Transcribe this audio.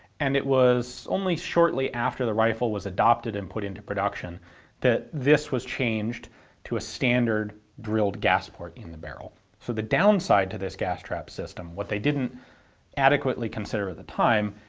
and it was only shortly after the rifle was adopted and put into production that this was changed to a standard drilled gas port in the barrel. so the downside to this gas trap system, what they didn't adequately consider at the time,